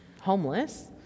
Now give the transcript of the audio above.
homeless